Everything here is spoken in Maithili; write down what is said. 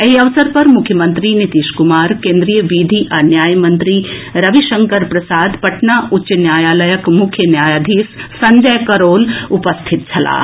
एहि अवसर पर मुख्यमंत्री नीतीश कुमार केन्द्रीय विधि आ न्याय मंत्री रविशंकर प्रसाद पटना उच्च न्यायालयक मुख्य न्यायाधीश संजय करोल उपस्थित छलाह